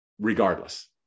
Regardless